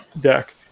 deck